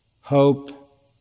hope